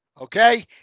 okay